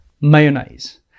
mayonnaise